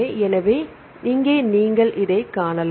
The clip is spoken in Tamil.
எனவே இங்கே நீங்கள் இதைக் காணலாம்